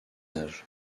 âge